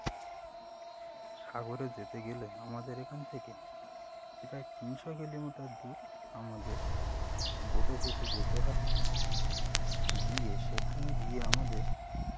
সাগরে যেতে গেলে আমাদের এখান থেকে এটা তিনশো কিলোমিটার দূর আমাদের বোটে চেপে যেতে হয় গিয়ে সেখানে গিয়ে আমাদের